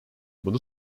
bunu